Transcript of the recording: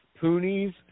Poonies